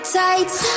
tights